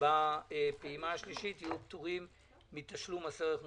בפעימה השלישית מתשלום מס ערך מוסף.